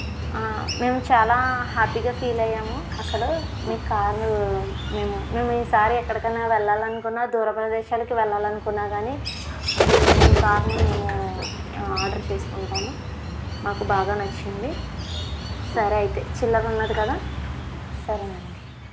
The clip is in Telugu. మేము చాలా హ్యాపీగా ఫీల్ అయ్యాము అసలు మీ కార్లు మేము మేము ఈసారి ఎక్కడికన్నా వెళ్ళాలనుకున్న దూర ప్రదేశాలకు వెళ్ళాలనుకున్నా కానీ మేము మీ కార్ని మేము ఆర్డర్ చేసుకుంటాము మాకు బాగా నచ్చింది సరే అయితే చిల్లర ఉన్నది కదా సరేనండి